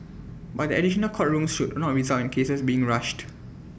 but the additional court rooms should not result in cases being rushed